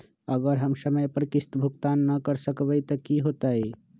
अगर हम समय पर किस्त भुकतान न कर सकवै त की होतै?